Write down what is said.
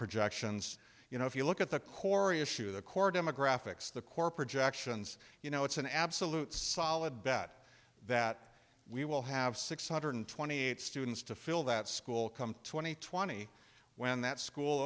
projections you know if you look at the korea issue the core demographics the core projections you know it's an absolute solid bet that we will have six hundred twenty eight students to fill that school come two thousand and twenty when that school